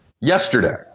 yesterday